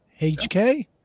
HK